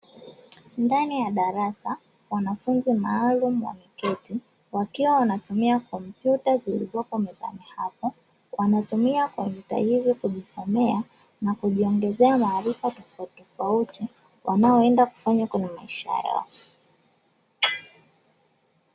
Ndani ya darasa wanafunzi maalumu wameketi wakiwa wanatumia kompyuta zilizopo mezani hapo, wanatumia kompyuta hizo kujisomea na kujiongezea maarifa tofautitofauti wanayoenda kufanya kwenye maisha yao.